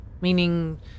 Meaning